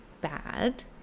bad